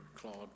Claude